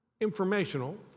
informational